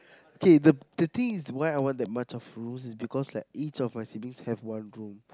K the the thing is why I want that much of rooms is because that each of my siblings have one room